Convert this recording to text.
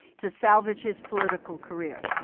to salvage his political career.